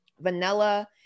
vanilla